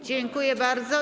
Dziękuję bardzo.